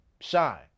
shine